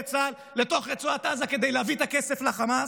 צה"ל לתוך רצועת עזה כדי להביא את הכסף לחמאס.